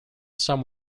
some